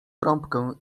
trąbkę